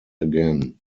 again